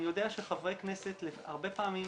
אני יודע שחברי כנסת הרבה פעמים,